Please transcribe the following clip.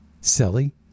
Silly